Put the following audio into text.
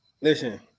Listen